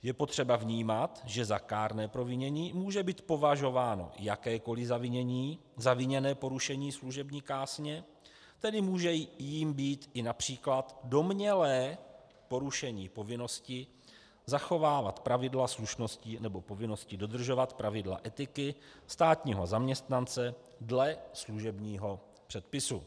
Je potřeba vnímat, že za kárné provinění může být považováno jakékoli zaviněné porušení služební kázně, tedy může jím být i například domnělé porušení povinnosti zachovávat pravidla slušnosti nebo povinnosti dodržovat pravidla etiky státního zaměstnance dle služebního předpisu.